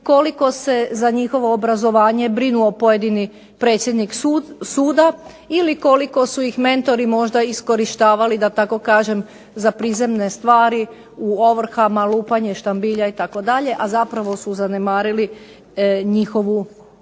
koliko se za njihovo obrazovanje brinuo pojedini predsjednik suda ili koliko su ih mentori možda iskorištavali da tako kažem za prizemne stvari u ovrhama, lupanja štambilja itd. a zapravo su zanemarili njihovu sustavu